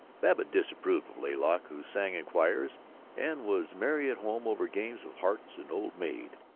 babbitt disapproved of laylock, who sang in choirs and was merry at home over games of hearts and old maid.